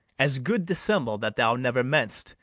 as good dissemble that thou never mean'st,